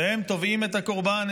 והם תובעים את הקורבן,